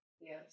Yes